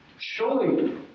surely